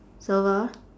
silver